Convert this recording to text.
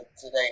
today